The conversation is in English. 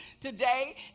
today